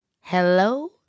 Hello